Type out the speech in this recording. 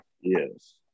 Yes